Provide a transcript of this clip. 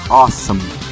awesome